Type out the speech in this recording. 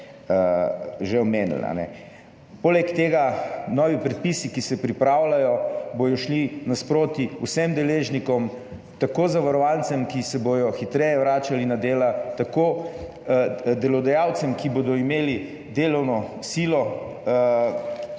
že omenili. Poleg tega bodo novi predpisi, ki se pripravljajo, šli nasproti vsem deležnikom, tako zavarovancem, ki se bodo hitreje vračali na dela, tako delodajalcem, ki bodo imeli delovno silo,